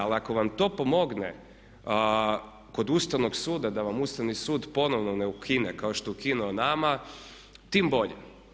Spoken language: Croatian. Ali ako vam to pomogne kod Ustavnog suda da vam ustavni sud ponovno ne ukine kao što je ukinu nama, tim bolje.